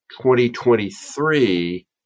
2023